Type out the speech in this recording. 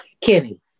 Kenny